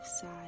side